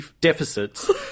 deficits